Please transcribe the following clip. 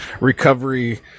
recovery